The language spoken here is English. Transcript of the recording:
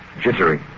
jittery